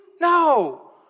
No